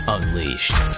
Unleashed